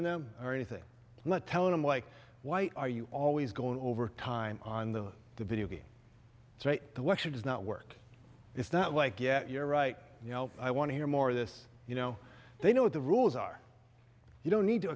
g them or anything not telling them like why are you always going over time on the video game the washer does not work it's not like yeah you're right you know i want to hear more of this you know they know what the rules are you don't need to